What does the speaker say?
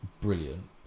brilliant